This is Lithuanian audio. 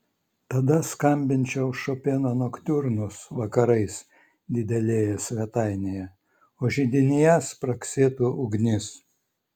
tada skambinčiau šopeno noktiurnus vakarais didelėje svetainėje o židinyje spragsėtų ugnis